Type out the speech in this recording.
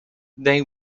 they